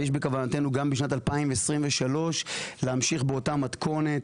ויש בכוונתנו גם בשנת 2023 להמשיך באותה מתכונת,